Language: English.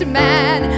man